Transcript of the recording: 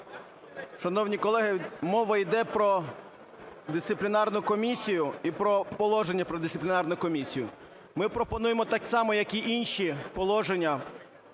Шановні колеги, мова йде про Дисциплінарну комісію і про положення про Дисциплінарну комісію. Ми пропонуємо, так само, як і інші положення,